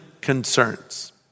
concerns